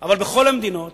אבל בכל המדינות